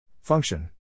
Function